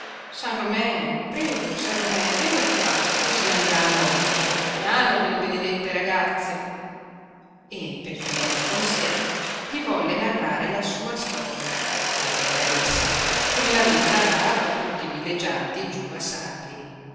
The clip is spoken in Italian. san romé prego san romé venga qua così andranno un po più piano quelle benedette ragazze e per tenerlo con sé gli volle narrare la sua storia la generalessa come l'aveva narrata a tutti i villeggianti giù a sarli